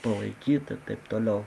palaikyt ir taip toliau